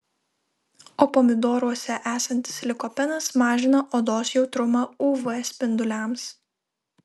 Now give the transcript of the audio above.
o pomidoruose esantis likopenas mažina odos jautrumą uv spinduliams